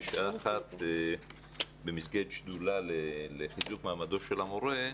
בשעה 13:00 במסגרת שדולה לחיזוק מעמדו של המורה,